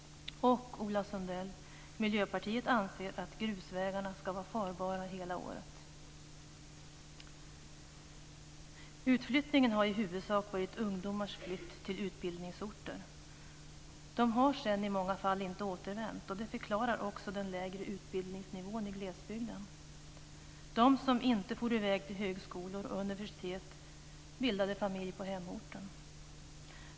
Och, Ola Sundell, Miljöpartiet anser att grusvägarna ska vara farbara hela året. Utflyttningen har i huvudsak varit ungdomars flytt till utbildningsorter. De har sedan i många fall inte återvänt. Det förklarar också den lägre utbildningsnivån i glesbygden. De som inte for iväg till högskolor och universitet bildade familj på hemorten.